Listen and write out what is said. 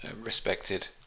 respected